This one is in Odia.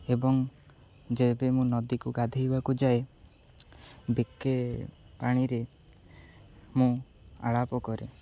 ଏବଂ ଯେବେ ମୁଁ ନଦୀକୁ ଗାଧୋଇବାକୁ ଯାଏ ବେକେ ପାଣିରେ ମୁଁ ଆଳାପ କରେ